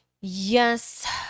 yes